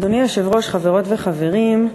אדוני היושב-ראש, חברות וחברים,